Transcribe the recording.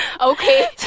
Okay